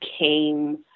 came